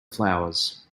flowers